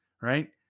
right